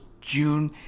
June